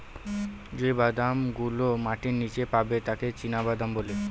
যে বাদাম গুলো মাটির নীচে পাবে তাকে চীনাবাদাম বলে